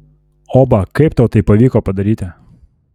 oba kaip tau tai pavyko padaryti